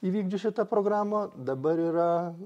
įvykdžius šitą programą dabar yra